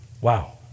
Wow